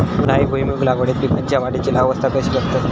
उन्हाळी भुईमूग लागवडीत पीकांच्या वाढीची अवस्था कशी करतत?